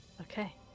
Okay